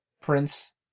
Prince